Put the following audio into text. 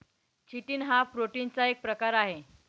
chitin हा प्रोटीनचा एक प्रकार आहे